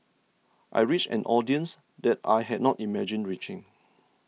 I reached an audience that I had not imagined reaching